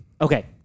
Okay